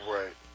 right